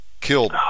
killed